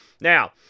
Now